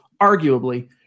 arguably